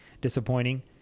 disappointing